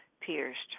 pierced